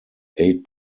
eight